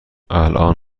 الان